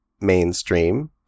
mainstream